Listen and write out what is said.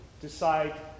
decide